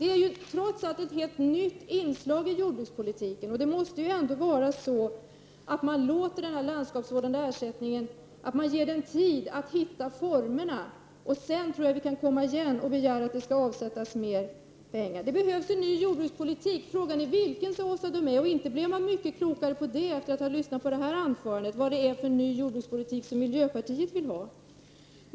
Det är trots allt ett helt nytt inslag i jordbrukspolitiken. Man måste ge det inslaget tid att hitta formerna. Sedan tror jag att vi kan komma igen och begära att det skall avsättas mer pengar. Det behövs en ny jordbrukspolitik — frågan är vilken, sade Åsa Domeij, och inte blev man mycket klokare på vad det är för ny jordbrukspolitik som miljöpartiet vill ha när man lyssnade på Åsa Domeijs anförande.